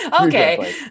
okay